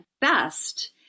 best